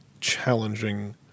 challenging